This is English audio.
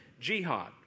jihad